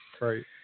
Right